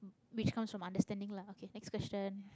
which comes from understanding lah okay next question